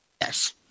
Yes